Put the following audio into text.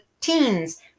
teens